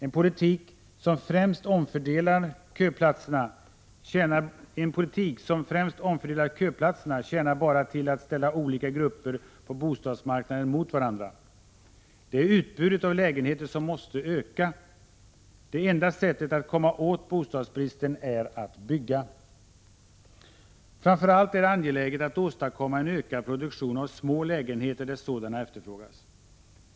En politik som främst omfördelar köplatserna tjänar bara till att ställa olika grupper på bostadsmarknaden mot varandra. Det är utbudet av lägenheter som måste öka. Det enda sättet att komma åt bostadsbristen är att bygga. Framför allt är det angeläget att åstadkomma en ökad produktion av små lägenheter där sådana efterfrågas.